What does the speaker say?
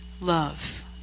Love